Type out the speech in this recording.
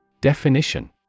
Definition